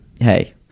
hey